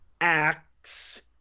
Acts